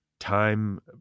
Time